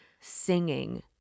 singing